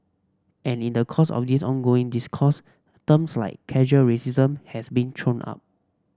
and in the course of this ongoing discourse terms like casual racism has been thrown up